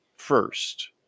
first